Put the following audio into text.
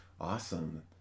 awesome